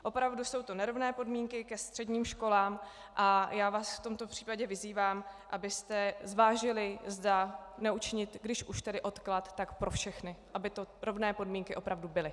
Opravdu jsou to nerovné podmínky ke středním školám a já vás v tomto případě vyzývám, abyste zvážili, zda neučinit, když už tedy odklad, tak pro všechny, aby to rovné podmínky opravdu byly.